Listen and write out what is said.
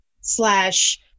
slash